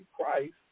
Christ